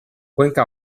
cuenca